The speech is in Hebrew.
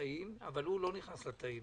לתאים אבל הוא לא נכנס לתאים,